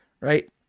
Right